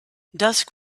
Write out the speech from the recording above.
dusk